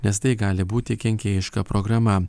nes tai gali būti kenkėjiška programa